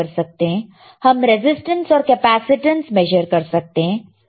हम रेसिस्टेंस और capacitance measure कर सकते हैं